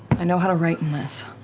i know how to write in this.